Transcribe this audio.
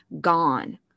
gone